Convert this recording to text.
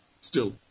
Still